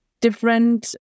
different